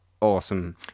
awesome